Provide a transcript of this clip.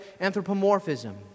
anthropomorphism